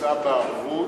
מכוסה בערבות,